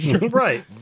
Right